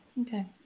Okay